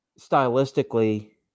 stylistically